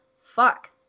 Fuck